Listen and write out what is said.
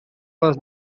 was